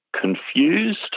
confused